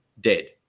dead